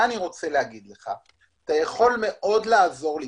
אתה יכול מאוד לעזור לי,